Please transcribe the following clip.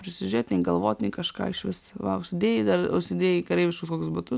prisižiūrėt nei galvot nei kažką išvis va užsidėjai užsidėjai kareiviškus kokius batus